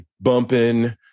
bumping